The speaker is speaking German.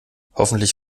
hoffentlich